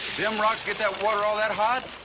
them rocks get that water all that hot?